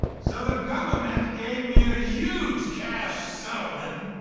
so the government gave me a huge cash settlement.